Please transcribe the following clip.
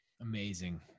Amazing